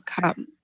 come